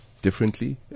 differently